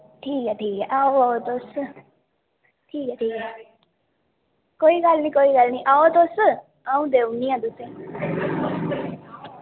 ठीक ऐ ठीक ऐ आओ आओ तुस ठीक ऐ ठीक ऐ कोई गल्ल नी कोई गल्ल नी आओ तुस अ'ऊं देऊनी आं तुसेंगी